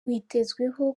witezweho